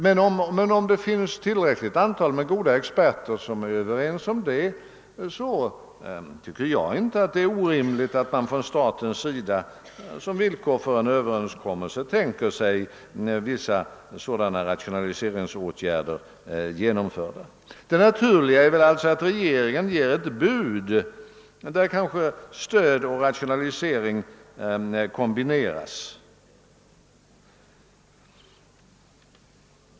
Om det emellertid finns ett tillräckligt antal goda experter som är överens, anser jag det inte orimligt att staten som villkor för en överenskommelse kräver att vissa rationaliseringsåtgärder genomförs. Det naturliga är alltså att regeringen ger ett bud där stöd och rationalisering kanske kombineras.